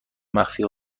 مخفی